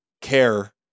care